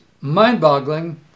mind-boggling